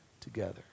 together